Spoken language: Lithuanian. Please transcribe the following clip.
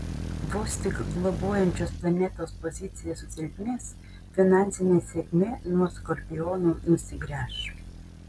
vos tik globojančios planetos pozicija susilpnės finansinė sėkmė nuo skorpionų nusigręš